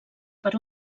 per